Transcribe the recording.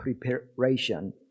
preparation